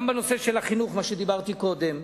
גם בנושא החינוך, שדיברתי עליו קודם,